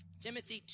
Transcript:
Timothy